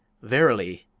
verily,